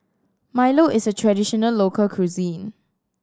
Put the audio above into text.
milo is a traditional local cuisine